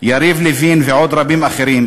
יריב לוין ועוד רבים אחרים,